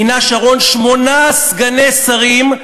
מינה שרון שמונה סגני שרים,